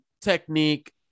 technique